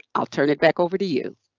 i'll turn it back over to you.